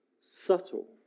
subtle